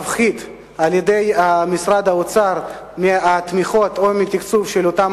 יפחית משרד האוצר מהתמיכות או מהתקצוב של אותם